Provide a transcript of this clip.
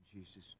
Jesus